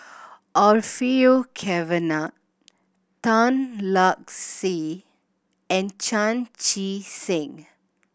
Orfeur Cavenagh Tan Lark Sye and Chan Chee Seng